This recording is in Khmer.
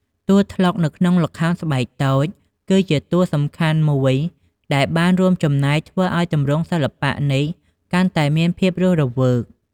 តួត្លុកកនៅក្នុងល្ខោនស្បែកតូច គឺជាតួសំខាន់មួយដែលបានរួមចំណែកធ្វើឱ្យទម្រង់សិល្បៈនេះកាន់តែមានភាពរស់រវើក ។